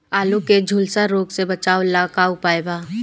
आलू के झुलसा रोग से बचाव ला का उपाय बा?